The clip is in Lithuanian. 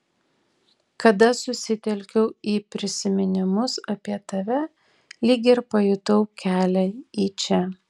kada susitelkiau į prisiminimus apie tave lyg ir pajutau kelią į čia